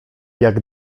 jak